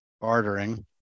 bartering